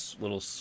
little